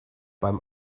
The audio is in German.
beim